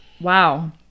Wow